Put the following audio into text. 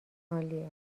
عالیه